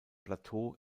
plateau